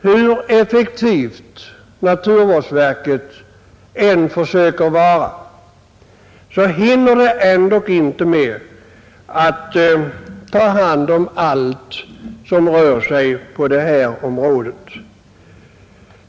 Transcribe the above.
Hur effektivt naturvårdsverket än försöker vara, hinner det ändå inte med att ta hand om allt på detta område.